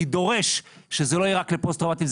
דורש שזה לא יהיה רק לפוסט טראומטיים,